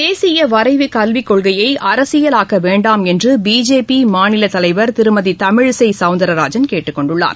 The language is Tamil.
தேசிய வரைவுக் கல்விக் கொள்கையை அரசியல் ஆக்க வேண்டாம் என்று பிஜேபி மாநிலத் தலைவர் திருமதி தமிழிசை சௌந்தரராஜன் கேட்டுக்கொண்டுள்ளார்